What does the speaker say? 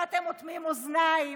ואתם אוטמים אוזניים,